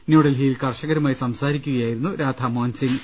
ന്യൂഡൽഹിയിൽ കർഷകരുമായി സംസാരിക്കുകയായിരുന്നു രാധാമോഹൻസിംഗ്